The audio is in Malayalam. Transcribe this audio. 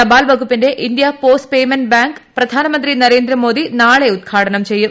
തപാൽ വകുപ്പിന്റെ ഇന്ത്യാ പോസ്റ്റ് പേയ്മെന്റ് ബാങ്ക് പ്രധാനമന്ത്രി ് നരേന്ദ്ര മോദി നാളെ ഉദ്ഘാടനം ചെയ്യും